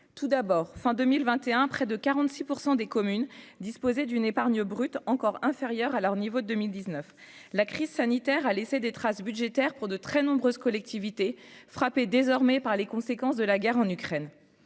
tout d'abord, fin 2021 près de 46 % des communes disposer d'une épargne brute encore inférieurs à leur niveau de 2019 la crise sanitaire a laissé des traces budgétaire pour de très nombreuses collectivités désormais par les conséquences de la guerre en Ukraine,